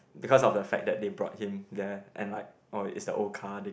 because of the fact that they brought him there and like that or is the old car they